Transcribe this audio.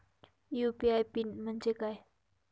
UPI PIN म्हणजे काय?